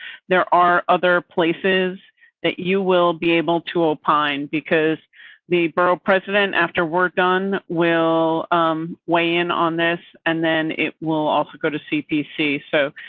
there are other places that you will be able to opine because the borough president after we're done will weigh in on this. and then it will also go to cpc. so,